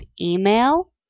email